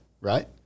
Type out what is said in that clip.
right